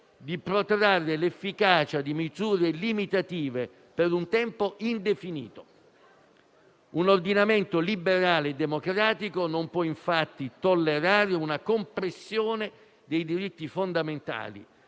di protrarre l'efficacia di misure limitative per un tempo indefinito. Un ordinamento liberale e democratico non può, infatti, tollerare una compressione dei diritti fondamentali,